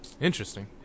Interesting